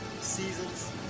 seasons